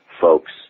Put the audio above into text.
folks